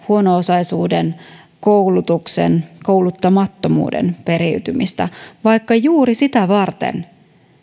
huono osaisuuden koulutuksen ja kouluttamattomuuden periytymistä vaikka juuri sitä varten